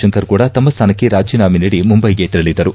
ಶಂಕರ್ ಕೂಡ ತಮ್ಮ ಸ್ಥಾನಕ್ಕೆ ರಾಜಿನಾಮೆ ನೀಡಿ ಮುಂಬೈಗೆ ತೆರಳದರು